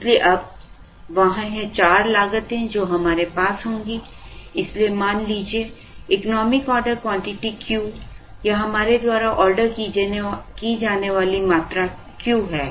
इसलिए अब वहाँ हैं चार लागतें जो हमारे पास होंगी इसलिए मान लीजिए इकोनॉमिक ऑर्डर क्वांटिटी Q या हमारे द्वारा ऑर्डर की जाने वाली मात्रा Q है